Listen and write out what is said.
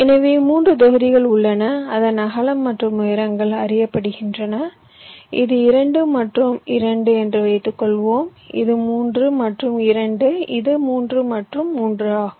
எனவே 3 தொகுதிகள் உள்ளன அதன் அகலம் மற்றும் உயரங்கள் அறியப்படுகின்றன இது 2 மற்றும் 2 என்று வைத்துக்கொள்வோம் இது 3 மற்றும் 2 இது 3 மற்றும் 3 ஆகும்